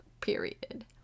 period